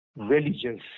religious